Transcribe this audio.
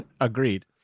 agreed